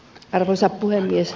arvoisa puhemies